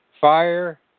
Fire